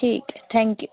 ठीक ऐ thank U